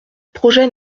projet